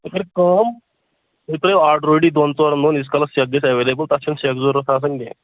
تُہۍ کٔرِو کٲم تُہۍ ترٛٲیِو آڈ روٗڈی دۄن ژورَن دۄہَن ییٖتِس کالَس سیٚکھ گژھِ اٮ۪ولیبٕل تَتھ چھَنہٕ سیٚکھ ضروٗرَت آسان کینٛہہ